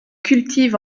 cultive